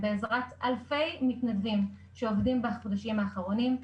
בעזרת אלפי מתנדבים שעובדים בחודשים האחרונים.